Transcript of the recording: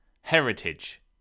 Heritage